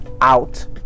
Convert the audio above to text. out